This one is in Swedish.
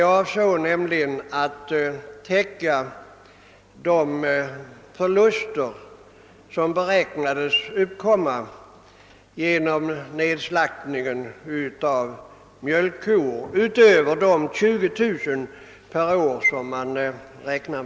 Summan avsåg att täcka de förluster som beräknades uppkomma till följd av nedslaktning av mjölkkor utöver de kalkylerade 20 000.